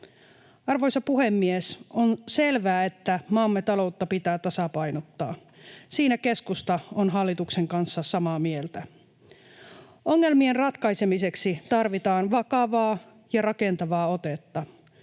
Arvoisa puhemies! On selvää, että maamme taloutta pitää tasapainottaa. Siinä keskusta on hallituksen kanssa samaa mieltä. Ongelmien ratkaisemiseksi tarvitaan vakavaa ja rakentavaa otetta.